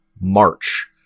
March